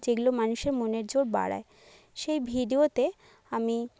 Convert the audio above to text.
যেগুলো মানুষের মনের জোর বাড়ায় সেই ভিডিওতে আমি